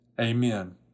amen